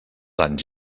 anys